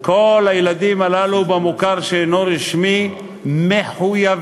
כל הילדים הללו במוכר שאינו רשמי מחויבים